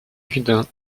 gudin